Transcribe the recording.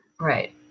Right